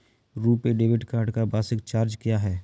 RuPay debit card का वार्षिक charge क्या है?